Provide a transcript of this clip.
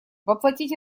воплотить